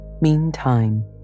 Meantime